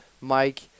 Mike